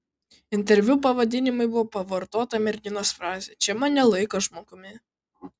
interviu pavadinimui buvo pavartota merginos frazė čia mane laiko žmogumi